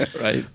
Right